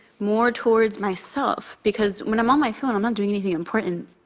more towards myself, because when i'm on my phone, i'm not doing anything important.